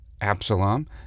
absalom